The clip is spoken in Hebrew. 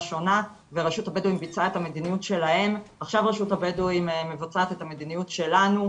שונה ורשות הבדואים ביצעה את המדיניות שלהם,